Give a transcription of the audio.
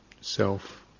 Self